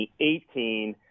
2018